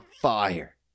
fire